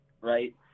right